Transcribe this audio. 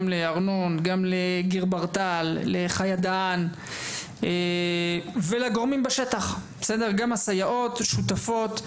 לארנון גם לגירברטל גם לחיה דהן ולגורמים בשטח גם הסייעות שותפות,